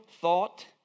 thought